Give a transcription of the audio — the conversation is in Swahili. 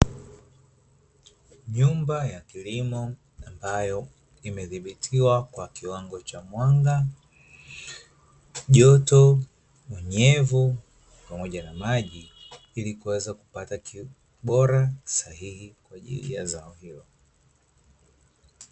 Nyumba ya kilimo ambayo imedhibitiwa kwa kiwango cha mwanga, joto, unyevu, pamoja na maji, ili kuweza kupata kitu bora, sahihi kwa ajili ya zao hilo.